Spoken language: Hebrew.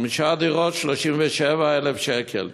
חמש דירות, 37,000 שקל,